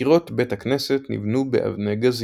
קירות בית הכנסת נבנו באבני גזית.